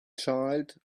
child